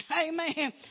Amen